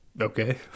Okay